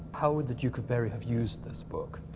how would the duke of berry have used this book?